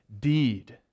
deed